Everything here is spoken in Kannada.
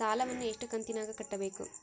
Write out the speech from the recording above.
ಸಾಲವನ್ನ ಎಷ್ಟು ಕಂತಿನಾಗ ಕಟ್ಟಬೇಕು?